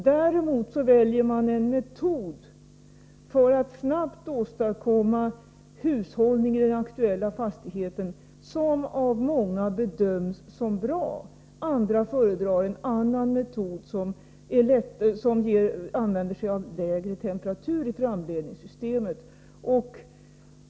Däremot väljer man en metod för att snabbt åstadkomma hushållning i den aktuella fastigheten, något som av många bedöms som bra. Andra föredrar en annan metod där man använder sig av lägre temperatur i framledningssystemet.